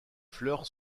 fleurs